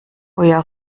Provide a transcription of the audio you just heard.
euer